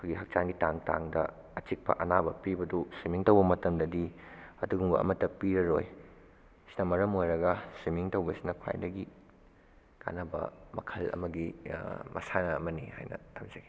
ꯑꯩꯈꯣꯏꯒꯤ ꯍꯛꯆꯥꯡꯒꯤ ꯇꯥꯡ ꯇꯥꯡꯗ ꯑꯆꯤꯛꯄ ꯑꯅꯥꯕ ꯄꯤꯕꯗꯨ ꯁ꯭ꯋꯤꯃꯤꯡ ꯇꯧꯕ ꯃꯇꯝꯗꯗꯤ ꯑꯗꯨꯒꯨꯝꯕ ꯑꯃꯠꯇ ꯄꯤꯔꯔꯣꯏ ꯁꯤꯅ ꯃꯔꯝ ꯑꯣꯏꯔꯒ ꯁ꯭ꯋꯤꯃꯤꯡ ꯇꯧꯕꯁꯤꯅ ꯈ꯭ꯋꯥꯏꯗꯒꯤ ꯀꯥꯟꯅꯕ ꯃꯈꯜ ꯑꯃꯒꯤ ꯃꯁꯥꯟꯅ ꯑꯃꯅꯤ ꯍꯥꯏꯅ ꯊꯝꯖꯒꯦ